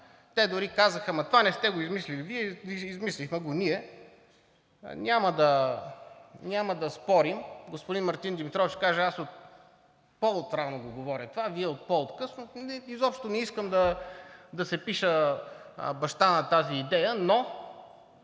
Те дори казаха: „Ама това не сте го измислили Вие, измислихме го ние.“ Няма да спорим. Господин Мартин Димитров ще каже: „Аз по-отрано го говоря това, Вие по от късно.“ Изобщо не искам да се пиша баща на тази идея, но